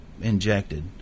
injected